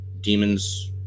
demons